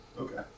Okay